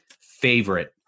favorite